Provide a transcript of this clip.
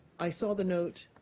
i saw the note.